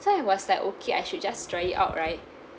so I was like okay I should just try it out right